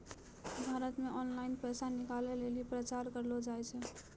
भारत मे ऑनलाइन पैसा निकालै लेली प्रचार करलो जाय छै